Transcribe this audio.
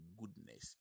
goodness